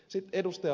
sitten ed